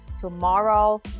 tomorrow